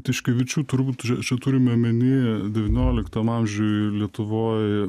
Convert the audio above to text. tiškevičių turbūt čia turime omeny devynioliktam amžiuj lietuvoj